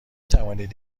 توانید